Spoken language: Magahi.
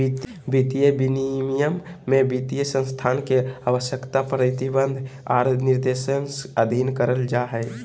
वित्तीय विनियमन में वित्तीय संस्थान के आवश्यकता, प्रतिबंध आर दिशानिर्देश अधीन करल जा हय